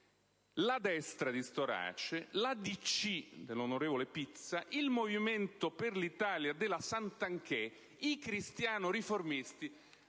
la Destra di Storace, la DC dell'onorevole Pizza, il Movimento per l'Italia della Santanchè e i Cristiano-riformisti.